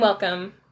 Welcome